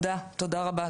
תודה רבה.